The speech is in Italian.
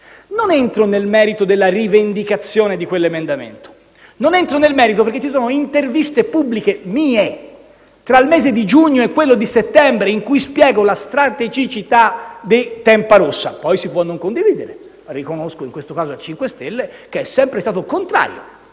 Non entro nel merito della rivendicazione di quell'emendamento. Non lo faccio perché vi sono interviste pubbliche mie, fatte tra il mese di giugno e quello di settembre, in cui spiego la strategicità di Tempa Rossa, che poi si può non condividere. Riconosco in questo caso al Movimento 5 Stelle di essere sempre stato contrario